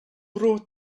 wrote